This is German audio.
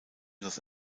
los